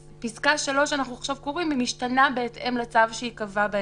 פסקה (3) שאנחנו קוראים עכשיו משתנה בהתאם לצו שייקבע בהמשך.